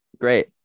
Great